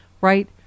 right